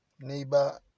Neighbor